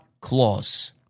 clause